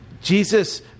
Jesus